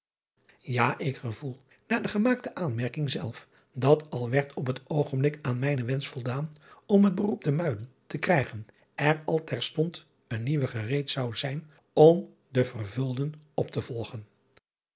a ik gevoel na de gemaakte aanmerking zelf dat al werd op het oogenblik aan mijnen wensch voldaan om het beroep te uiden te krijgen er al terstond een nieuwe gereed zou zijn om den vervulden op te volgen